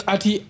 Ati